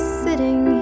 sitting